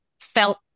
felt